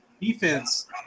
defense